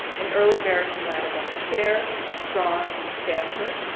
an early american ladderback chair, strong in stature,